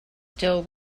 still